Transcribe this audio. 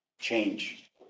change